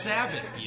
Sabbath